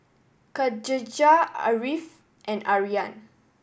Khadija Ariff and Aryan